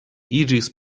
iĝis